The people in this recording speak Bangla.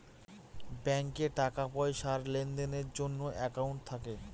ব্যাঙ্কে টাকা পয়সার লেনদেনের জন্য একাউন্ট থাকে